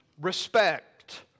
respect